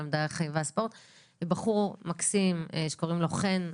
בחור מקסים בשם חן,